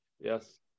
yes